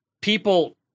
people